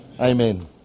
Amen